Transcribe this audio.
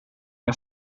jag